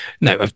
Now